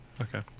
Okay